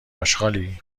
آشغالی